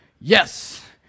Yes